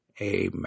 Amen